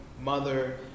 mother